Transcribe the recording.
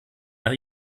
nach